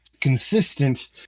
consistent